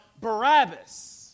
Barabbas